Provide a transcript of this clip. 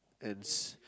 and